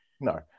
No